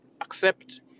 accept